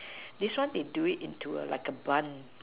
this one they do it into a like a bun